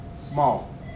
Small